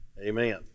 amen